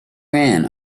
ran